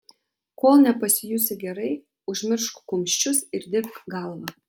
kol nepasijusi gerai užmiršk kumščius ir dirbk galva